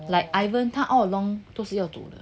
ah like ivan 他 all along 就是要走了